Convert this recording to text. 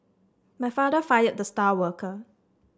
my father fired the star worker